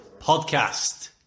podcast